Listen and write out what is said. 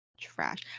trash